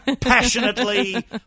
passionately